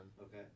okay